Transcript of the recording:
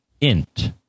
int